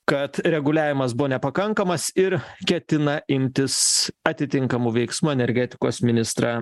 kad reguliavimas buvo nepakankamas ir ketina imtis atitinkamų veiksmų energetikos ministrą